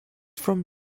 from